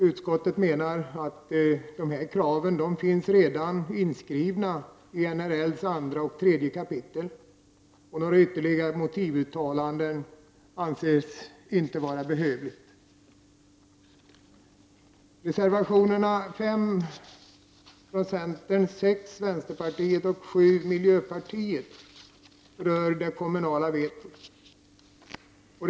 Utskottet påpekar att dessa krav redan finns inskrivna i NRLs andra och tredje kapitel och menar att några ytterligare motivuttalanden inte är behövliga. Reservationerna 5 från centern, 6 från vänsterpartiet och 7 från miljöpartiet rör det kommunala vetot.